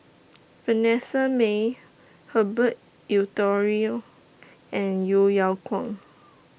Vanessa Mae Herbert Eleuterio and Yeo Yeow Kwang